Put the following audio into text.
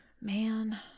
Man